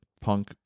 punk